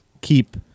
keep